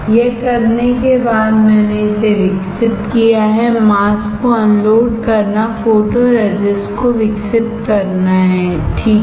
यह करने के बाद मैंने इसे विकसित किया है मास्क को अनलोड करना फोटोरेजिस्ट को विकसित करता है ठीक है